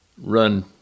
run